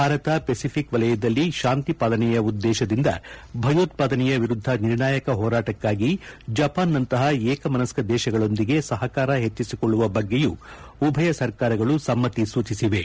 Bharat Pacific ವಲಯದಲ್ಲಿ ಶಾಂತಿ ಪಾಲನೆಯ ಉದ್ದೇಶದಿಂದ ಭಯೋತ್ವಾದನೆಯ ವಿರುದ್ದ ನಿರ್ಣಾಯಕ ಹೋರಾಟಕ್ಕಾಗಿ ಜಪಾನ್ ನಂತಹ ಏಕಮನಸ್ಕ ದೇಶಗಳೊಂದಿಗೆ ಸಹಕಾರ ಹೆಚ್ಚಿಸಿಕೊಳ್ಳುವ ಬಗ್ಗೆಯೂ ಸಹ ಉಭಯ ಸರ್ಕಾರಗಳು ಸಮ್ಮತಿ ಸೂಚಿಸಿವೆ